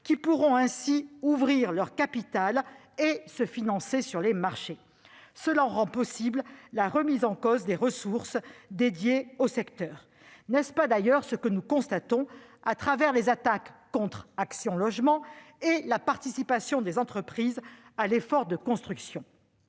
qui pourront ainsi ouvrir leur capital et se financer sur les marchés. Cela rend possible la remise en cause des ressources dédiées au secteur. N'est-ce pas d'ailleurs ce que nous constatons à travers les attaques contre Action Logement et la participation des entreprises à l'effort de construction ?